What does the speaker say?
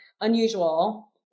unusual